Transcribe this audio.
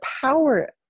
power